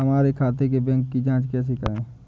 हमारे खाते के बैंक की जाँच कैसे करें?